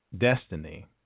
destiny